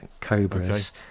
Cobras